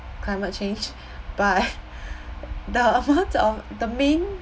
climate change but the both of the main